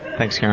thanks, karen.